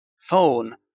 phone